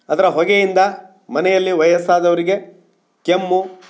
ಅದರ ಹೊಗೆಯಿಂದ ಮನೆಯಲ್ಲಿ ವಯಸ್ಸಾದವರಿಗೆ ಕೆಮ್ಮು